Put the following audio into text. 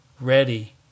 ready